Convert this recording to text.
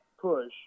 push